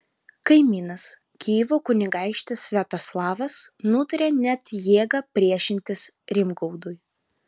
kaimynas kijevo kunigaikštis sviatoslavas nutarė net jėga priešintis rimgaudui